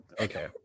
Okay